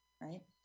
right